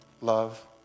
love